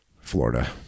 Florida